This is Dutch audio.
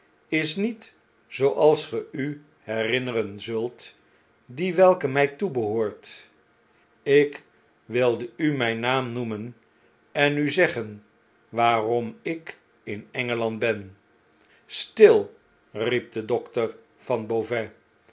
is niet zooals ge u herinneren zult die welke mjj toebehoort ik wilde u imjn naam noemen en u zeggen waarom ik in engeland ben b still riep de dokter van